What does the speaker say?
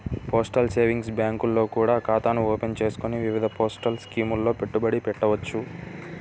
postal savings బ్యాంకుల్లో కూడా ఖాతాను ఓపెన్ చేసుకొని వివిధ పోస్టల్ స్కీముల్లో పెట్టుబడి పెట్టవచ్చు